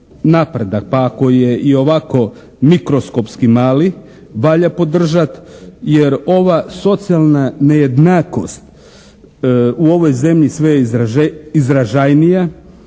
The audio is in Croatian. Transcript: napredak pa ako je i ovako mikroskopski mali valja podržati jer ova socijalna nejednakost sve je izražajnija